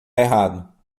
errado